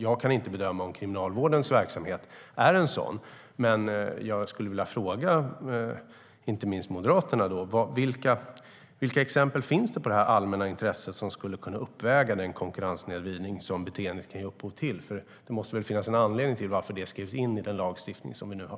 Jag kan inte bedöma om Kriminalvårdens verksamhet är ett sådant, men jag skulle vilja fråga inte minst Moderaterna vilka exempel det finns på detta allmänna intresse som skulle kunna uppväga den konkurrenssnedvridning beteendet kan ge upphov till. Det måste väl finnas en anledning till att detta skrevs in i den lagstiftning vi nu har.